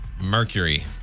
Mercury